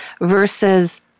versus